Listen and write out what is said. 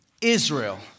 Israel